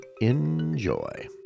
enjoy